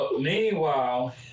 meanwhile